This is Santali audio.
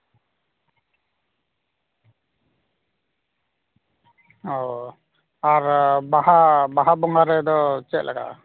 ᱚ ᱟᱨ ᱵᱟᱦᱟ ᱵᱟᱦᱟ ᱵᱚᱸᱜᱟ ᱨᱮᱫᱚ ᱪᱮᱫᱞᱮᱠᱟ